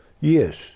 yes